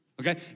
okay